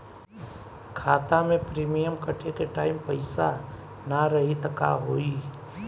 खाता मे प्रीमियम कटे के टाइम पैसा ना रही त का होई?